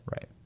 Right